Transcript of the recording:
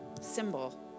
symbol